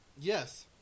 Yes